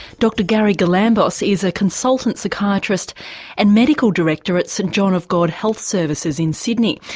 dr gary galambos is a consultant psychiatrist and medical director at st john of god health services in sydney,